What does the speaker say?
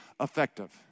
effective